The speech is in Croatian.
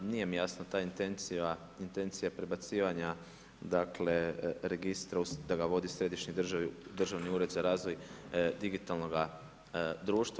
Nije mi jasna ta intencija prebacivanja registra da ga vodi središnji državni ured za razvoj digitalnoga društva.